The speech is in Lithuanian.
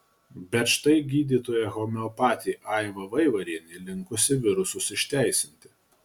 bet štai gydytoja homeopatė aiva vaivarienė linkusi virusus išteisinti